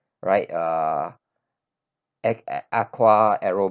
right uh a~ aqua